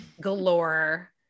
galore